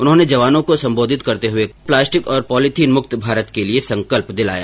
उन्होंने जवानों को सम्बोधित करते हुए जवानों को प्लास्टिक तथा पॉलिथीन मुक्त भारत के लिए संकल्प दिलाया